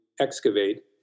excavate